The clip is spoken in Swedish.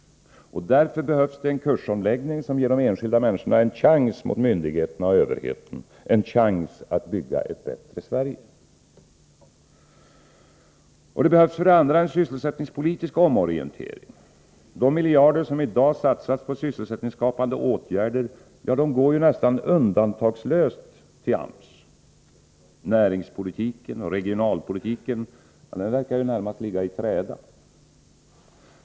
Därför behövs det en kursomläggning, som ger de enskilda människorna en chans mot myndigheterna och överheten — en chans att bygga ett bättre Sverige. Det behövs för det andra en sysselsättningspolitisk omorientering. De miljarder som i dag satsas på sysselsättningsskapande åtgärder går nästan undantagslöst till AMS. Näringspolitiken och regionalpolitiken verkar närmast ligga i träda.